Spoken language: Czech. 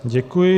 Děkuji.